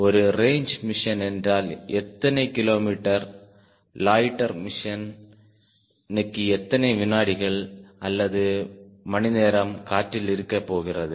ஒரு range mission என்றால் எத்தனை கிலோமீட்டர் லொய்ட்டர் மிஷனுக்கு எத்தனை விநாடிகள் அல்லது மணிநேரம் காற்றில் இருக்கப் போகிறது